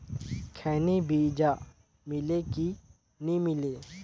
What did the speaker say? खैनी बिजा मिले कि नी मिले?